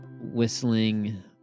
whistling